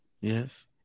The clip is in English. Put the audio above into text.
Yes